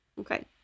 Okay